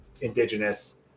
indigenous